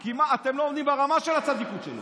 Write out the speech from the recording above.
אתם לא עומדים ברמה של הצדיקות שלו.